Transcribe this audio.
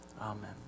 Amen